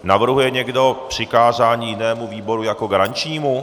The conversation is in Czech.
Navrhuje někdo přikázání jinému výboru jako garančnímu?